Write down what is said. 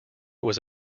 was